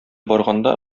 барганда